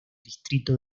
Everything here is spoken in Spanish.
distrito